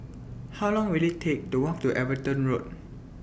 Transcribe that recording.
How Long Will IT Take to Walk to Everton Road